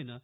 एनं